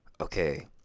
okay